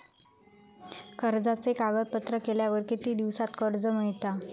कर्जाचे कागदपत्र केल्यावर किती दिवसात कर्ज मिळता?